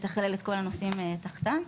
לתכלל את כל הנושאים תחתם.